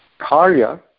Karya